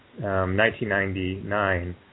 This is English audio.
1999